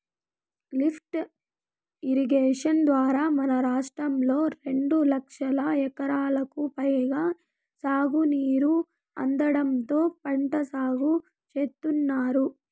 lift irrigation ద్వారా మన రాష్ట్రంలో రెండు లక్షల ఎకరాలకు పైగా సాగునీరు అందడంతో పంట సాగు చేత్తున్నారు